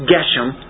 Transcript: Geshem